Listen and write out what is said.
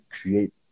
create